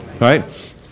right